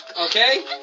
okay